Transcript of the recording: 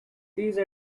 these